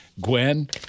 Gwen